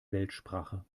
weltsprache